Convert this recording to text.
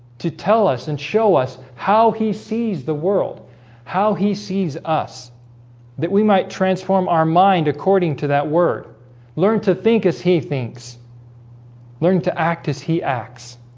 to tell us and show us how he sees the world how he sees us that we might transform our mind according to that word learn to think as he thinks learn to act as he acts